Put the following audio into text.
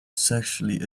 sexually